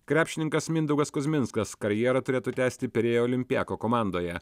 krepšininkas mindaugas kuzminskas karjerą turėtų tęsti pirėjo olimpiako komandoje